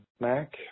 Mac